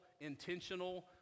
intentional